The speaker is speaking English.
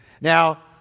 Now